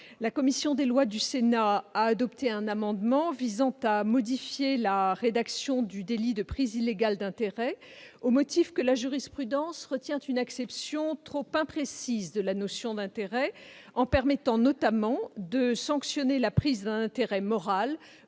La commission des lois du Sénat a adopté un amendement tendant à modifier la définition du délit de prise illégale d'intérêts, au motif que la jurisprudence retiendrait une acception trop imprécise de la notion d'intérêt, permettant notamment de sanctionner la prise d'un intérêt moral,